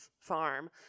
farm